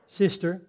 sister